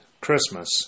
Christmas